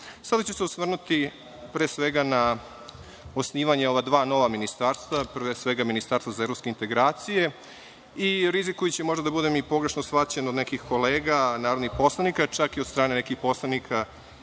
ću se osvrnuti na osnivanje ova dva nova ministarstva, pre svega, na ministarstvo za evropske integracije i, rizikujući možda da budem i pogrešno shvaćen, od nekih kolega narodnih poslanika, čak i od strane nekih poslanika